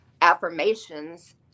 affirmations